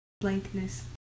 blankness